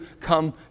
come